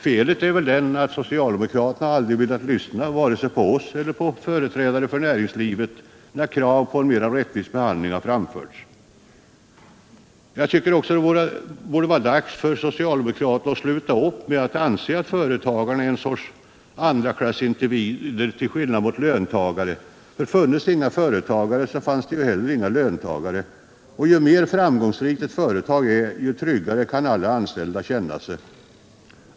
Felet är väl att socialdemokraterna aldrig velat lyssna vare sig på oss eller på företrädare för näringslivet, när krav på en mera rättvis behandling har framförts. Det borde vara dags för socialdemokraterna att sluta upp med att anse företagare som något slags andraklassindivider till skillnad mot löntagarna. Fanns det inga företagare så fanns det inte heller några löntagare, och ju mer framgångsrikt ett företag är, desto tryggare kan alla anställda känna sig.